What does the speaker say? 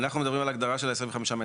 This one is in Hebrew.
אנחנו מדברים על ההגדרה של ה-25 מ"ר.